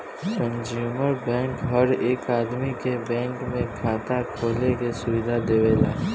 consumer bank हर एक आदमी के बैंक में खाता खोले के सुविधा देवेला